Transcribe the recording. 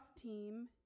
team